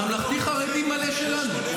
ממלכתי-חרדי, מלא שלנו.